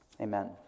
Amen